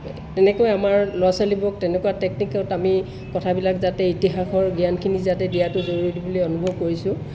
তেনেকৈ আমাৰ ল'ৰা ছোৱালীবোৰক তেনেকুৱা টেকনিকত আমি কথাবিলাক যাতে ইতিহাসৰ জ্ঞানখিনি যাতে দিয়াতো জৰুৰী বুলি অনুভৱ কৰিছোঁ